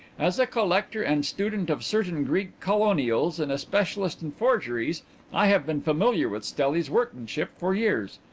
as a collector and student of certain greek colonials and a specialist in forgeries i have been familiar with stelli's workmanship for years.